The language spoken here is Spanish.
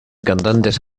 cantantes